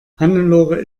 hannelore